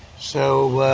so,